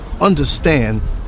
understand